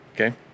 okay